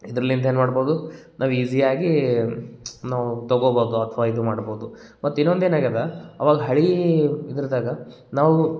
ಇದರ್ಲಿಂತ ಏನು ಮಾಡ್ಬೋದು ನಾವು ಈಝಿಯಾಗಿ ನಾವು ತಗೊಬೋದು ಅಥವಾ ಇದು ಮಾಡಬೋದು ಮತ್ತು ಇನ್ನೊಂದು ಏನು ಆಗ್ಯದ ಅವಾಗ ಹಳೆ ಇದರದಾಗ ನಾವು